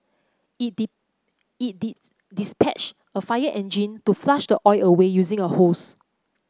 it it dispatched a fire engine to flush the oil away using a hose